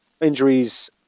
injuries